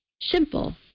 Simple